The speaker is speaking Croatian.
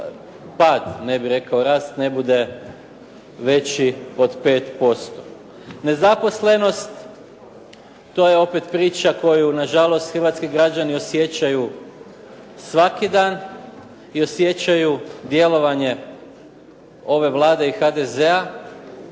ne bih rekao rast, ne bude veći od 5%. Nezaposlenost, to je opet priča koju nažalost hrvatski građani osjećaju svaki dan i osjećaju djelovanje ove Vlade i HDZ-a,